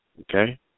Okay